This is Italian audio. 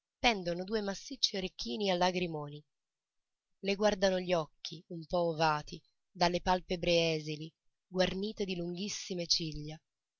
pendono due massicci orecchini a lagrimoni le guardano gli occhi un po ovati dalle palpebre esili guarnite di lunghissime ciglia